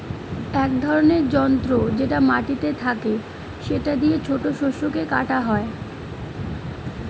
এক ধরনের যন্ত্র যেটা মাটিতে থাকে সেটা দিয়ে ছোট শস্যকে কাটা হয়